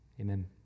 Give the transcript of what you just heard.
Amen